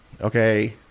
okay